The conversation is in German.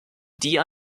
die